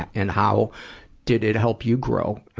and how did it help you grow, ah,